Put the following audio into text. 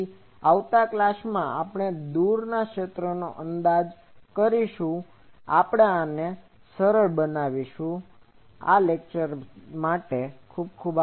તેથી આવતા ક્લાસ માં આપણે દૂરના ક્ષેત્રનો અંદાજ કરીશું અને આપણે આને સરળ બનાવીશું